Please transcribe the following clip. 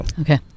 Okay